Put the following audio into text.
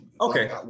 Okay